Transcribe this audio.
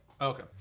Okay